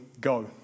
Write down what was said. go